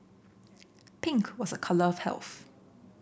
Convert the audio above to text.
pink was a colour of health